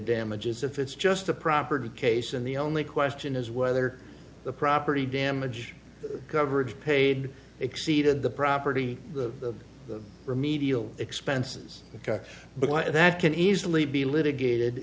damages if it's just a property case and the only question is whether the property damage coverage paid exceeded the property the remedial expenses but that can easily be litigated